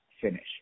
finish